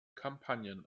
kampagnen